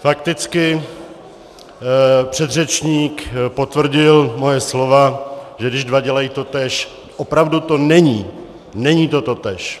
Fakticky předřečník potvrdil moje slova, že když dva dělají totéž, opravdu to není, není to totéž.